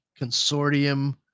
consortium